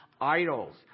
idols